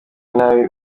nabi